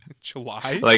July